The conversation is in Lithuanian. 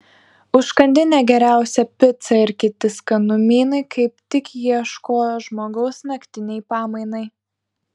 užkandinė geriausia pica ir kiti skanumynai kaip tik ieškojo žmogaus naktinei pamainai